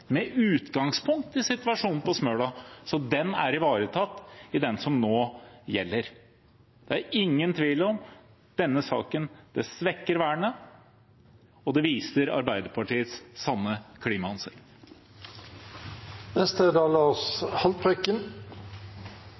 med utgangspunkt i situasjonen på Smøla. Så den er ivaretatt i den som nå gjelder. Det er ingen tvil om at denne saken svekker vernet, og det viser Arbeiderpartiets sanne klimaansikt. Jeg er